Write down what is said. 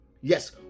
Yes